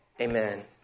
Amen